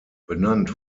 benannt